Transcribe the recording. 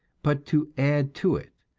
but to add to it.